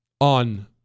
on